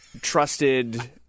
trusted